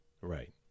Right